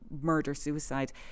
murder-suicide